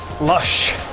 lush